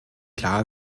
klar